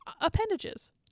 appendages